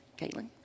Caitlin